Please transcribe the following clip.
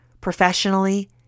Professionally